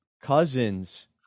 Cousins